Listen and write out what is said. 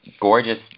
gorgeous